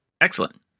Excellent